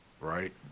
right